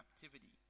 captivity